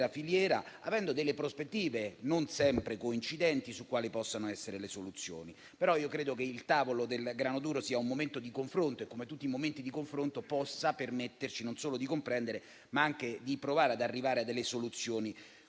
filiera avendo delle prospettive non sempre coincidenti su quali possano essere le soluzioni. Credo però che il tavolo del grano duro sia un momento di confronto e come tutti i momenti di confronto possa permetterci non solo di comprendere, ma anche di provare ad arrivare a delle soluzioni